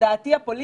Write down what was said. לדעתי הפוליטית,